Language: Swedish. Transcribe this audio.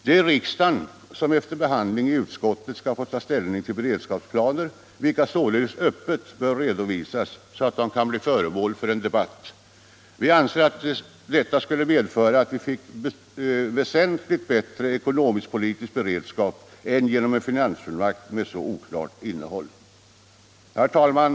Det är riksdagen som efter behandling i utskottet skall få ta ställning till beredskapsplaner, vilka således öppet bör redovisas så att de kan bli föremål för debatt. Vi anser att detta skulle medföra att vi fick en väsentligt bättre ekonomisk-politisk beredskap än genom en finansfullmakt med oklart innehåll. Herr talman!